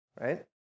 right